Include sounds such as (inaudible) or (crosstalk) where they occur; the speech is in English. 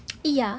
(noise) ya